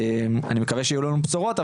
אני מקווה שיהיו לנו בשורות,